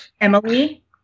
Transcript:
Emily